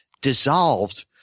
dissolved